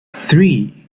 three